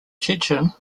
chechen